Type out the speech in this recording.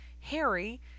Harry